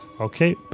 Okay